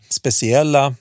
speciella